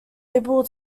able